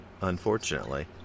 unfortunately